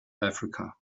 africa